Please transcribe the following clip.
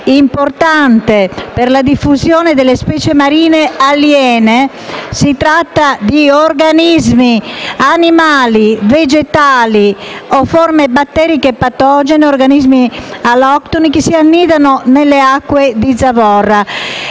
importante per la diffusione delle specie marine aliene. Si tratta di organismi animali, vegetali o forme batteriche patogene, organismi alloctoni che si annidano nelle acque di zavorra.